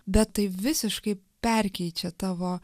bet tai visiškai perkeičia tavo